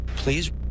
Please